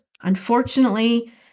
unfortunately